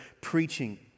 preaching